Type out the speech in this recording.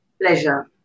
pleasure